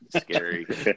scary